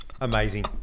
Amazing